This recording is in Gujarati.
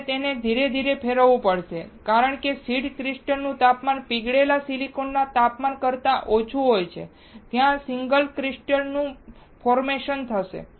તમારે તેને ધીરે ધીરે ફેરવવું પડશે કારણ કે સીડ ક્રિસ્ટલ નું તાપમાન પીગળેલા સિલિકોન ના તાપમાન કરતા ઓછું હોય છે ત્યાં સિંગલ ક્રિસ્ટલ નું ફોરમેશન થશે